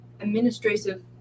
administrative